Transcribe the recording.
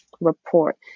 report